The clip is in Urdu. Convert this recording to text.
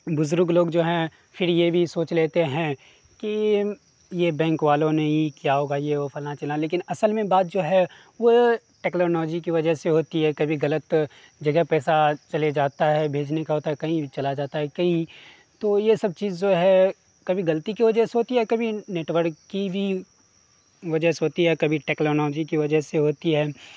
بزرگ لوگ جو ہیں پھر یہ بھی سوچ لیتے ہیں کہ یہ بینک والوں نے ہی کیا ہوگا یہ وہ فلاں چلاں لیکن اصل میں بات جو ہے وہ ٹیکلانوجی کی وجہ سے ہوتی ہے کبھی غلط جگہ پیسہ چلے جاتا ہے بھیجنے کا ہوتا ہے کہیں چلا جاتا ہے کہیں تو یہ سب چیز جو ہے کبھی غلطی کی وجہ سے ہوتی ہے کبھی نیٹورک کی بھی وجہ سے ہوتی ہے کبھی ٹیکلونوجی کی وجہ سے ہوتی ہے